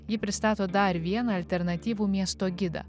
ji pristato dar vieną alternatyvų miesto gidą